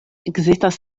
ekzistas